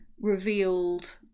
revealed